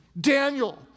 Daniel